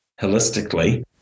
holistically